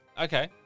Okay